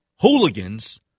hooligans